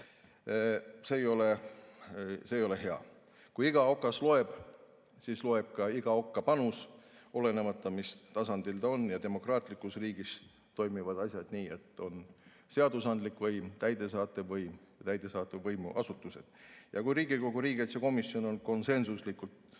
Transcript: See ei ole hea. Kui iga okas loeb, siis loeb ka iga okka panus, olenemata sellest, mis tasandil ta on. Demokraatlikus riigis toimivad asjad nii, et on seadusandlik võim, täidesaatev võim ja täidesaatva võimu asutused. Kui Riigikogu riigikaitsekomisjon on konsensuslikult